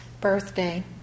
birthday